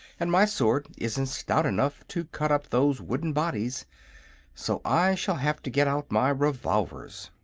and my sword isn't stout enough to cut up those wooden bodies so i shall have to get out my revolvers.